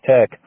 Tech